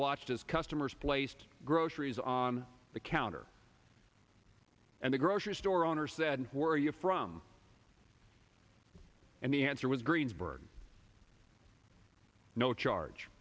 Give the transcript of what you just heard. watched as customers placed groceries on the counter and the grocery store owner said where you're from and the answer was greensburg no charge